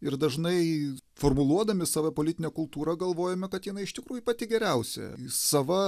ir dažnai formuluodami savipolitinę kultūrą galvojame kad jinai iš tikrųjų pati geriausia sava